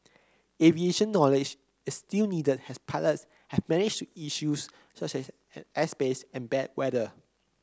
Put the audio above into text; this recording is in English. aviation knowledge is still needed as pilots have manage issues such as airspace and bad weather